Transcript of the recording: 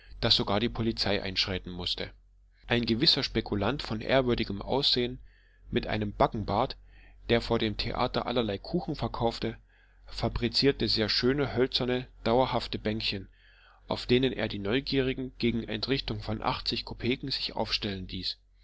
sogar die polizei einschreiten mußte ein gewisser spekulant von ehrwürdigem aussehen mit einem backenbart der vor dem theater allerlei kuchen verkaufte fabrizierte sehr schöne hölzerne dauerhafte bänkchen auf denen er die neugierigen gegen entrichtung von achtzig kopeken sich aufstellen ließ